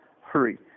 Hurry